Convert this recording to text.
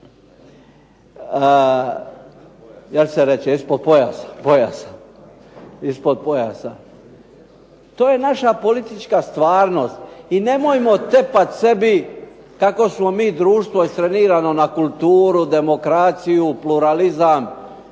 Htio sam reći ispod pojasa, ispod pojasa. To je naša politička stvarnost i nemojmo tepat sebi kako smo mi društvo istrenirano na kulturu, demokraciju, pluralizam